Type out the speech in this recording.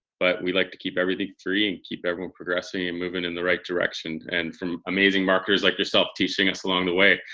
but we like to keep everything free and keep everyone progressing and moving in the right direction and from amazing marketers like yourself teaching us along the way.